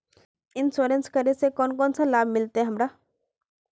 Insurance करेला से कोन कोन सा लाभ मिलते हमरा?